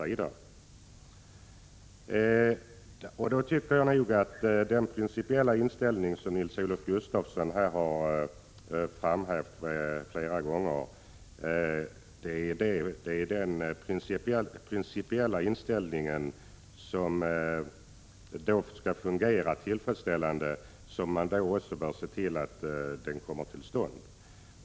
Jag tycker nog att den principiella inställning som Nils-Olof Gustafsson har framfört flera gånger också bör omsättas i praktisk handling.